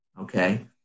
Okay